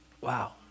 Wow